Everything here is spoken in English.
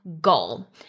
goal